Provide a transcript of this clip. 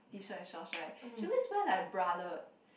T shirt and shorts right she always wear like bralette